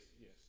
Yes